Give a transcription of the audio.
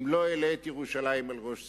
אם לא אעלה את ירושלים על ראש שמחתי.